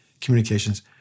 communications